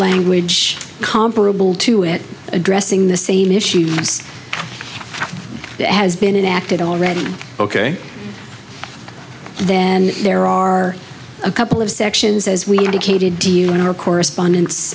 language comparable to it addressing the same issue ads that has been enacted already ok then there are a couple of sections as we indicated to you in our corresponden